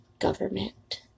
government